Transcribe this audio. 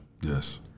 yes